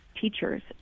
teachers